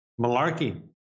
malarkey